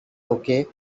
okay